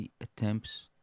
attempts